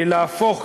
להפוך,